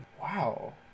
Wow